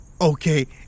Okay